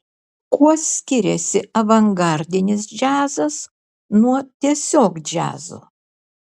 kuo skiriasi avangardinis džiazas nuo tiesiog džiazo